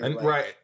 Right